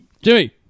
Jimmy